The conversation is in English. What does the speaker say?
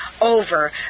over